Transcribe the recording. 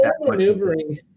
maneuvering